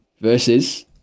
versus